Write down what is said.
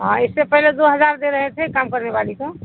ہاں اس سے پہلے دو ہزار دے رہے تھے کام کرنے والی کو